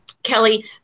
Kelly